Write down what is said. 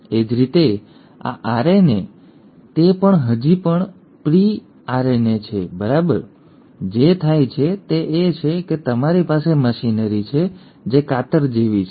એ જ રીતે આ આરએનએ તે હજી પણ પ્રી આરએનએ છે બરાબર જે થાય છે તે એ છે કે તમારી પાસે મશીનરી છે જે કાતર જેવી છે